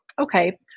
okay